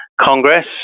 Congress